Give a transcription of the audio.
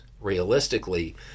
realistically